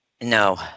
no